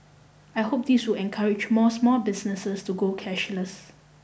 I hope this will encourage more small businesses to go cashless